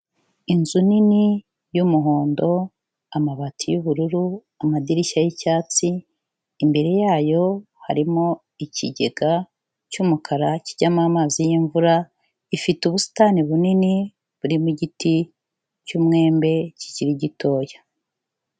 Inzu nini yumuhondo, amabati yubururu, amadirishya yicyatsi imbere yayo harimo ikigega cyumukara kijyamo amazi yimvura, ifite ubusitani bunini burimo igiti cyumwembe kikiri gitoya.